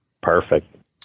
Perfect